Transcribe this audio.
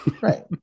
right